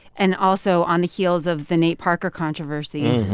and also on the heels of the nate parker controversy,